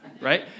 right